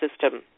system